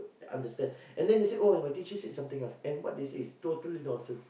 understand and then they said oh my teacher said something else and what they say is totally nonsense